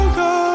go